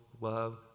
love